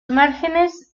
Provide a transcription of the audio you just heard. márgenes